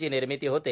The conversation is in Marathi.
ची निर्मिती होते